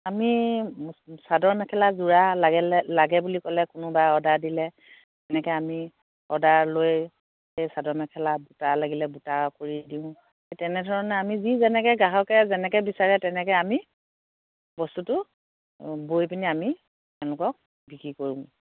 আমি চাদৰ মেখেলা যোৰা লাগিলে লাগে বুলি ক'লে কোনোবাই অৰ্ডাৰ দিলে তেনেকৈ আমি অৰ্ডাৰ লৈ সেই চাদৰ মেখেলা বুটা লাগিলে বুটা কৰি দিওঁ তেনেধৰণে আমি যি যেনেকৈ গ্ৰাহকে যেনেকৈ বিচাৰে তেনেকৈ আমি বস্তুটো বৈ পিনি আমি তেওঁলোকক বিক্ৰী কৰোঁ